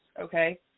okay